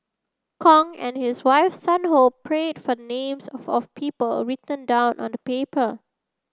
Kong and his wife Sun Ho prayed for names of of people written down on the paper